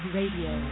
Radio